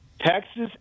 Texas